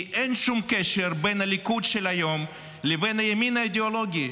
כי אין שום קשר בין הליכוד של היום לבין הימין האידאולוגי,